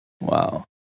Wow